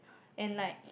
and like